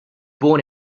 born